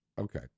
Okay